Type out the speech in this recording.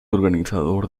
organizador